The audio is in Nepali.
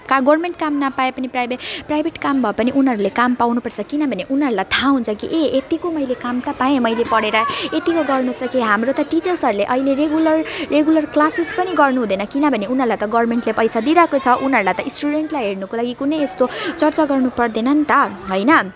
का गभर्मेन्ट काम नपाए पनि प्राइभेट प्राइभेट काम भए पनि उनीहरूले काम पाउनुपर्छ किनभने उनीहरूलाई थाहा हुन्छ कि ए यत्तिको मैले काम त पाएँ मैले पढेर यत्तिको गर्न सकेँ हाम्रो त टिचर्सहरूले अहिले रेगुलर रेगुलर क्लासेस पनि गर्नुहुँदैन किनभने उनीहरूलाई त गभर्मेन्टले पैसा दिइरहेको छ उनीहरूलाई त स्टुडेन्टलाई हेर्नको लागि कुनै यस्तो चर्चा गर्नुपर्दैन नि त होइन